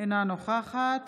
אינה נוכחת